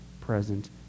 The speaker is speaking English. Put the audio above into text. present